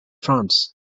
france